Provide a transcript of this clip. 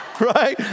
right